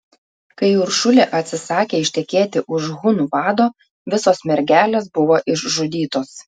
kai uršulė atsisakė ištekėti už hunų vado visos mergelės buvo išžudytos